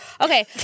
Okay